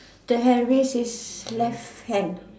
the Henry is less hand